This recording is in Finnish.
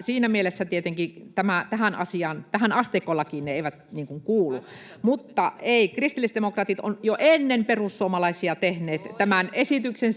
siinä mielessä tietenkään tähän asteikkolakiin ne eivät kuulu. [Leena Meri: Mutta vastustatteko te sitä?] — Emme, kristillisdemokraatit ovat jo ennen perussuomalaisia tehneet tämän esityksen,